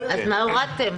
אז מה הורדתם?